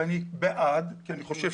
ואני בעד כי אני חושב